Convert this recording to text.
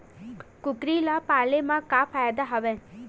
कुकरी ल पाले म का फ़ायदा हवय?